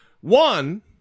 One